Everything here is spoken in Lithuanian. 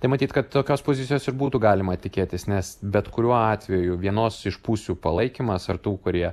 tai matyt kad tokios pozicijos ir būtų galima tikėtis nes bet kuriuo atveju vienos iš pusių palaikymas ar tų kurie